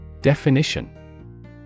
Definition